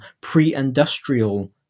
pre-industrial